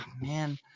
man